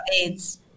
AIDS